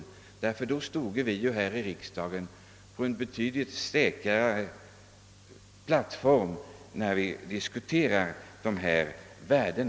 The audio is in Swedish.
Om en ordentlig analys görs, står vi här i riksdagen på en betydligt säkrare plattform, när vi diskuterar dessa värden.